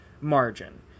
margin